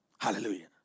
Hallelujah